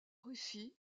russie